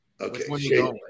Okay